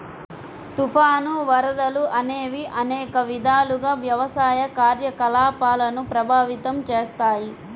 తుఫాను, వరదలు అనేవి అనేక విధాలుగా వ్యవసాయ కార్యకలాపాలను ప్రభావితం చేస్తాయి